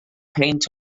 peint